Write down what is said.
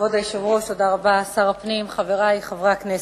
כבוד היושב-ראש, שר הפנים, חברי חברי הכנסת,